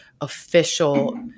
official